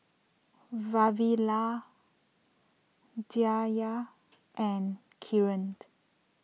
Vavilala Dhyan and Kiran